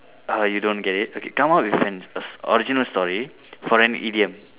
err you don't get it okay come up with an a original story for an idiom